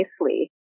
nicely